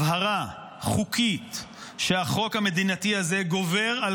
הבהרה חוקית שהחוק המדינתי הזה גובר על